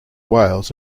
wales